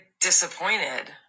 disappointed